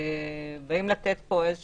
שבאים לתת פה איזה